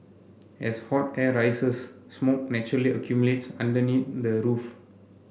as hot air rises smoke naturally accumulates underneath the roof